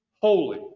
holy